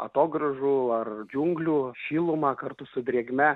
atogrąžų ar džiunglių šilumą kartu su drėgme